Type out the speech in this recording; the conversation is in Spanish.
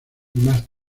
más